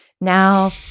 Now